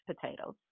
potatoes